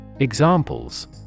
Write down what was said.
EXAMPLES